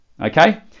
Okay